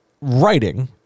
writing